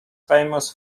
famous